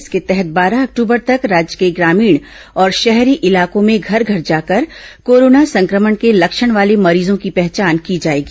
इसके तहत बारह अक्टूबर तक राज्य के ग्रामीण और शहरी इलाकों में घर घर जाकर कोरोना संक्रमण के लक्षण वाले मरीजों की पहचान की जाएगी